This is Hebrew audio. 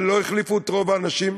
אבל לא החליפו את רוב האנשים.